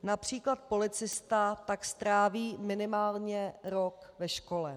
Například policista tak stráví minimálně rok ve škole.